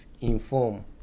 inform